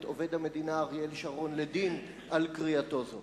את עובד המדינה אריאל שרון לדין על קריאתו זאת?